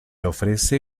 ofrece